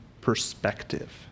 perspective